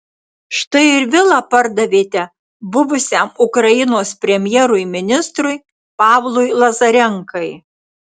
štai ir vilą pardavėte buvusiam ukrainos premjerui ministrui pavlui lazarenkai